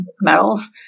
medals